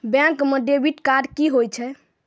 Bank म debit card की होय छै?